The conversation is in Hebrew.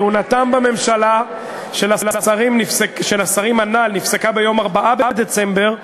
כהונתם בממשלה של השרים הנ"ל נפסקה ביום 4 בדצמבר,